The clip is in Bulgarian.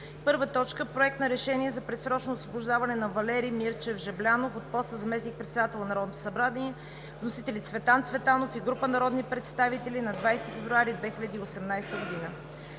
2018 г.: „1. Проект на решение за предсрочно освобождаване на Валери Мирчев Жаблянов от поста заместник-председател на Народното събрание. Вносители – Цветан Цветанов и група народни представители, 20 февруари 2018 г.